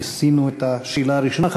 כיסינו את השאלה הראשונה.